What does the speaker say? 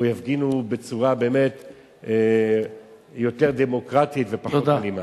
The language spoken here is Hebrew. או יפגינו בצורה באמת יותר דמוקרטית ופחות אלימה.